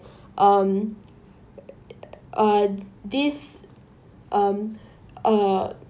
um uh this um err